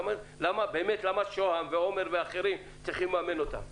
למה שוהם ועומר ואחרים צריכים לממן אותם?